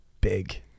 big